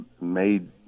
made